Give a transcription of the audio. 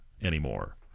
anymore